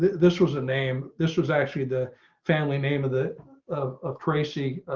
this was a name. this was actually the family name of the of of tracy,